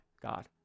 God